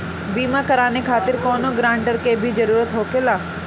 बीमा कराने खातिर कौनो ग्रानटर के भी जरूरत होखे ला?